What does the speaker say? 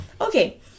Okay